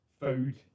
food